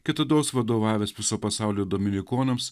kitados vadovavęs viso pasaulio dominikonams